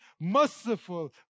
merciful